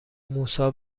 موسی